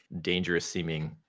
dangerous-seeming